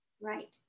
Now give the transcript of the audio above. Right